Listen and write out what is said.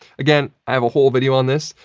again, i have a whole video on this.